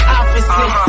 opposite